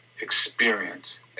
experience